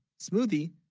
smoothie,